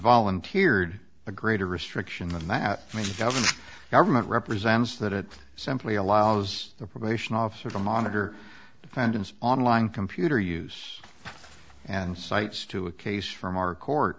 volunteered a greater restriction than that government represents that it simply allows the probation officer to monitor defendants online computer use and cites to a case from our court